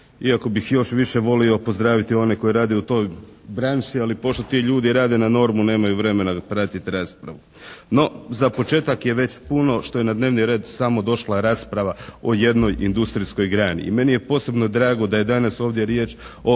Iako bih još više volio pozdraviti one koji rade u toj branši. Ali pošto ti ljudi rade na normu nemaju vremena pratiti raspravu. No za početak je već puno što je na dnevni red samo došla rasprava o jednoj industrijskoj grani. I meni je posebno drago da je danas ovdje riječ o